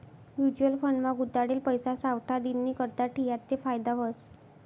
mutual fund मा गुताडेल पैसा सावठा दिननीकरता ठियात ते फायदा व्हस